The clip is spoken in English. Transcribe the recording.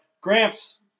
Gramps